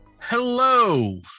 Hello